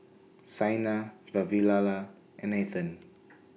Saina Vavilala and Nathan